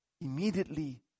immediately